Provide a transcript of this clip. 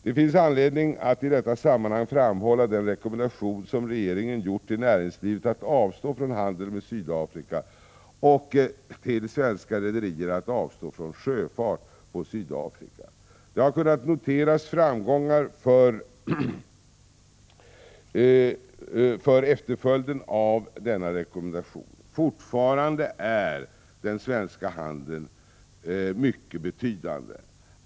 Det finns anledning att i detta sammanhang framhålla den rekommendation som regeringen gjort till näringslivet att avstå från handel med Sydafrika och till svenska rederier att avstå från sjöfart på Sydafrika. Det har kunnat noteras framgångar för efterföljden av denna rekommendation. Fortfarande är den svenska handeln mycket betydande.